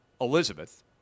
Elizabeth